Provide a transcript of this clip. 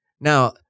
Now